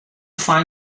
find